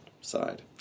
side